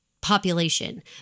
population